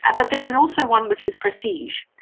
and but there is and also one, which is prestige.